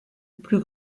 plus